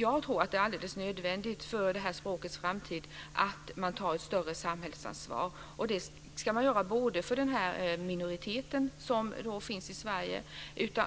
Jag tror att det är alldeles nödvändigt för det här språkets framtid att man tar ett större samhällsansvar. Det ska man göra både för den här minoritetens, som finns i Sverige, och